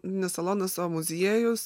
ne salonas o muziejus